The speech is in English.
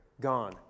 gone